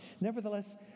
nevertheless